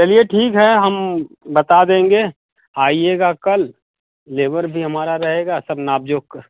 चलिए ठीक है हम बता देंगे आइएगा कल लेबर भी हमारा रहेगा सब नाप जोख